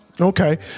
Okay